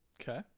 Okay